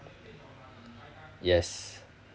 yes